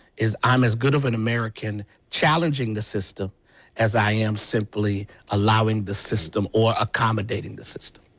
is i am as good of an american challenging the system as i am simply allowing the system or accommodating the system.